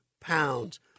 pounds